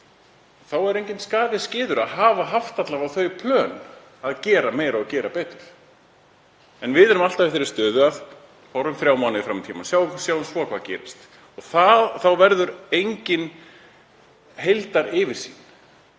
þá er enginn skaði skeður að hafa haft alla vega þau plön að gera meira og gera betur. En við erum alltaf í þeirri stöðu að við horfum þrjá mánuði fram í tímann og sjáum svo hvað gerist. Þá verður engin heildaryfirsýn,